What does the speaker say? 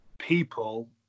people